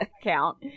account